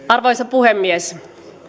arvoisa puhemies